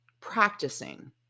practicing